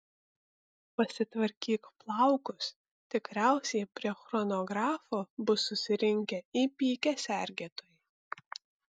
pasitvarkyk plaukus tikriausiai prie chronografo bus susirinkę įpykę sergėtojai